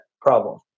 problem